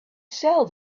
sell